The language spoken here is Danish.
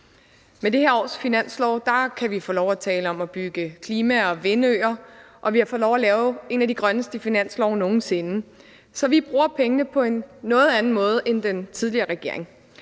Med det her års finanslov kan vi få lov at tale om at bygge klima- og vindøer, og vi har fået lov at lave en af de grønneste finanslove nogen sinde. Så vi bruger pengene på en noget anden måde end den tidligere regering,